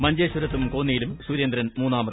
മഞ്ചേശ്വരത്തും ക്കോന്നിയിലും സുരേന്ദ്രൻ മൂന്നാമത്